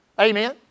Amen